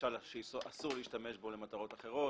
למשל שאסור להשתמש בו למטרות אחרות.